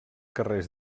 carrers